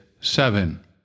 Seven